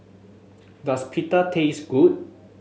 does Pita taste good